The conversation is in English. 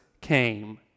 came